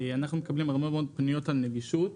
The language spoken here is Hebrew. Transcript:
אנחנו מקבלים הרבה מאוד פניות על נגישות.